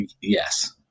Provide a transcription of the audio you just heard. yes